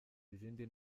izindi